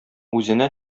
үзенә